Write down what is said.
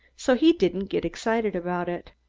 so he didn't get excited about it.